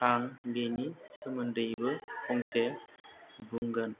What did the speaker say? आं बेनि सोमोन्दैबो फंसे बुंगोन